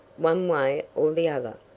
one way or the other.